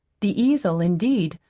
the easel, indeed,